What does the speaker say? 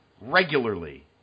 Regularly